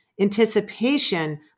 anticipation